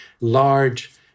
large